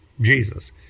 Jesus